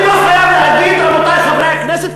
אני לא חייב להגיד "רבותי חברי הכנסת"